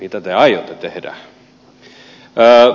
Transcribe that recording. mitä te aiotte tehdä